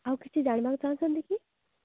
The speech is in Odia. ଆଉ କିଛି ଜାଣିବାକୁ ଚାହୁଁଛନ୍ତି କି